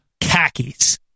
Khakis